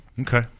Okay